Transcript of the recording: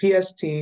PST